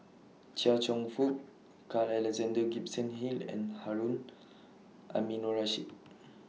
Chia Cheong Fook Carl Alexander Gibson Hill and Harun Aminurrashid